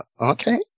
Okay